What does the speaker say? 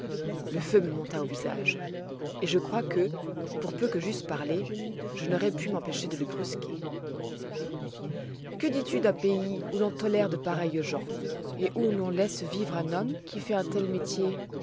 le feu me monta au visage et je crois que pour peu que j'eusse parlé je n'aurois pu m'empêcher de le brusquer que dis-tu d'un pays où l'on tolère de pareilles gens et où l'on laisse vivre un homme qui fait un tel métier